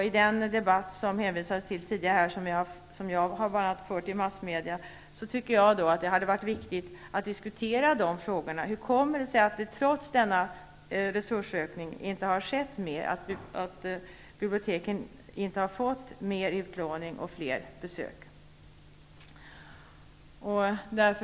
I den debatt som det hänvisades till tidigare och som bl.a. jag har fört i massmedia, tycker jag att det hade varit viktigt att diskutera hur det kommer sig att det trots denna resursökning inte har skett mer, att det inte lånas mer på biblioteken och att fler inte besöker dem.